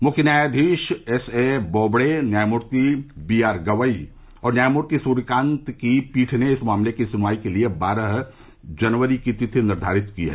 मुख्य न्यायाधीश S A Bobde न्यायमूर्ति वी आर गवई और न्यायमूर्ति सूर्यकांत की पीठ ने इस मामले की सुनवाई के लिए बाईस जनवरी की तिथि निर्धारित की है